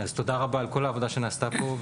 אז תודה רבה על כל העבודה שנעשתה פה,